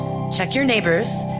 check your neighbors.